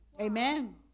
Amen